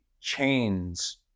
chains